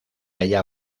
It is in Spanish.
halla